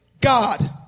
God